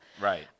right